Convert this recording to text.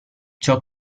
ciò